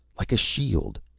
like a shield.